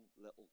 little